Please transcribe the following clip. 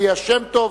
ליה שמטוב,